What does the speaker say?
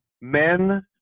men